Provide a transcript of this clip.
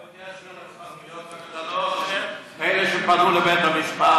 בעלי החנויות הקטנות הם שפנו אל בית המשפט.